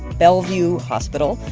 bellevue hospital,